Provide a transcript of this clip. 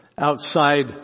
outside